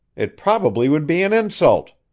it probably would be an insult.